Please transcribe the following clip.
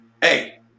Hey